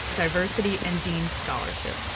diversity and dean's scholarship.